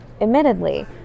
admittedly